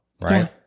right